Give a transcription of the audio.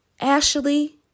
Ashley